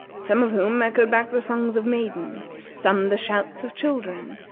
some of whom echoed back the songs of maidens, some the shouts of children,